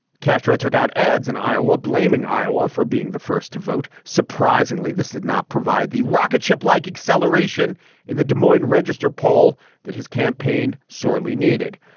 castro took out ads in iowa, blaming iowa for being the first to vote, surprisingly, this did not provide the rocket ship like acceleration in the des moines register poll that his campaign sorely needed.